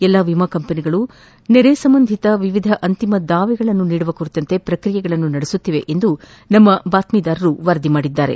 ಎಲ್ಲಾ ವಿಮಾ ಕಂಪನಿಗಳು ಪ್ರವಾಹ ಸಂಬಂಧಿತ ವಿವಿಧ ಅಂತಿಮ ದಾವೆಗಳನ್ನು ನೀಡುವ ಕುರಿತಂತೆ ಪ್ರಕ್ರಿಯೆಗಳನ್ನು ನಡೆಸಿವೆ ಎಂದು ನಮ್ಮ ಆಕಾಶವಾಣಿ ಬಾತ್ಗಿದಾರರು ವರದಿ ಮಾಡಿದ್ದಾರೆ